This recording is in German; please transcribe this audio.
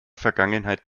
vergangenheit